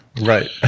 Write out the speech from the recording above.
Right